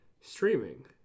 streaming